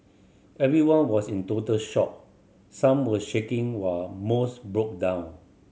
everyone was in total shock some were shaking while most broke down